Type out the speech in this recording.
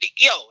yo